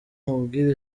mubwire